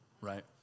right